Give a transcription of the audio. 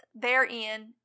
Therein